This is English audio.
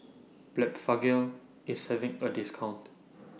Blephagel IS having A discount